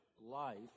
life